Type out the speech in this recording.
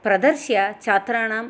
प्रदर्श्य छात्राणां